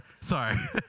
sorry